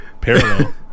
parallel